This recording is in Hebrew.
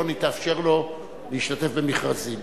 לא נאפשר לו להשתתף במכרזים,